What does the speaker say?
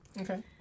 Okay